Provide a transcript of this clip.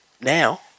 Now